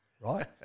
right